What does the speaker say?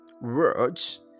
words